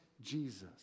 Jesus